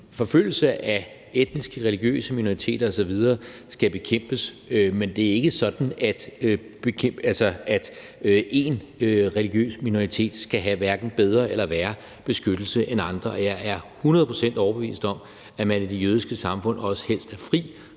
Forfølgelse af etniske og religiøse minoriteter osv. skal bekæmpes, men det er ikke sådan, at én religiøs minoritet skal have hverken bedre eller ringere beskyttelse end andre. Jeg er hundrede procent overbevist om, at man i det jødiske samfund også helst vil